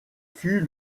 fut